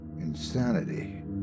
insanity